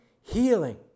healing